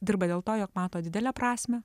dirba dėl to jog mato didelę prasmę